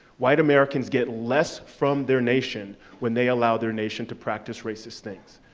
white americans get less from their nation when they allow their nation to practice racist things.